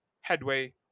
headway